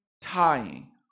tying